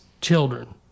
children